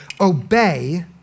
obey